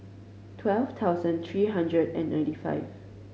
twelve thousand three hundred and ninety five